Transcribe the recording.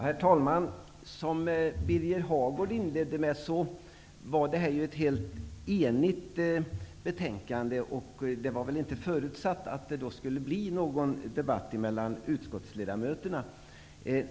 Herr talman! Som Birger Hagård inledde med är detta betänkande helt enigt, och det var väl inte förutsatt att det skulle bli någon debatt mellan utskottsledamöterna.